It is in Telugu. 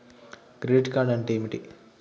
క్రెడిట్ కార్డ్ అంటే ఏమిటి?